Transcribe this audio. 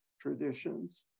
traditions